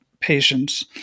patients